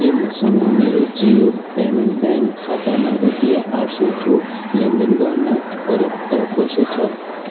के मसँग मेरो जियो पेमेन्ट्स ब्याङ्क खातामा रुपियाँ आठ सौको लेनदेन गर्न पर्याप्त पैसा छ